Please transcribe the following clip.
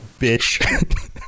Bitch